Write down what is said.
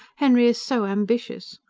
henry is so ambitious.